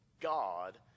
God